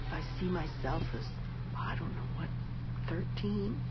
i see myself as i don't know what thirteen,